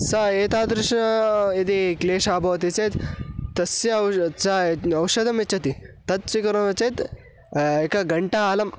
स एतादृशाः यदि क्लेशाः भवन्ति चेत् तस्य औश् त्सा अच्चाये औषधं यच्छति तत् स्वीकरोमि चेत् एकघण्टा अलम्